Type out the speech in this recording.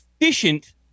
efficient